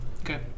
Okay